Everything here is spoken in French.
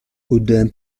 gaudin